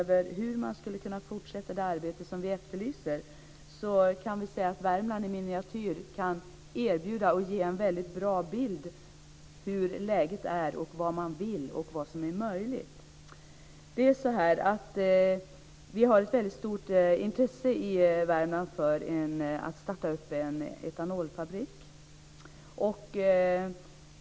Värmland kan vara en miniatyr som kan ge en väldigt bra bild av hur läget är, vad man vill och vad som är möjligt i det fortsatta arbete som vi efterlyser. Det finns ett väldigt stort intresse i Värmland för att starta en etanolfabrik.